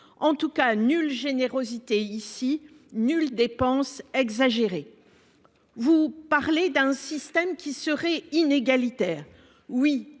En tout cas, nulle générosité, nulle dépense exagérée ici. Vous parlez d'un système qui serait inégalitaire. Oui,